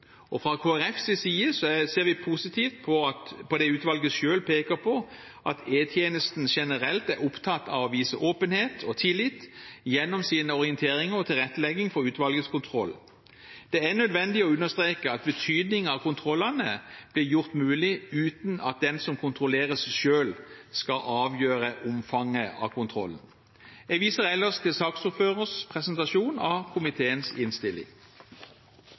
utfører. Fra Kristelig Folkepartis side ser vi positivt på det utvalget selv peker på, at E-tjenesten generelt er opptatt av å vise åpenhet og tillit gjennom sine orienteringer og tilrettelegging for utvalgets kontroll. Det er nødvendig å understreke betydningen av at kontrollene blir gjort mulig uten at den som kontrollerer seg selv, skal avgjøre omfanget av kontrollen. Jeg viser ellers til saksordførerens presentasjon av komiteens innstilling.